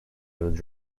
would